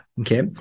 Okay